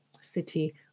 city